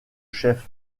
chef